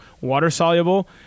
water-soluble